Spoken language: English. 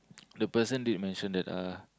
the person did mention that uh